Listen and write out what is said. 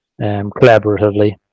collaboratively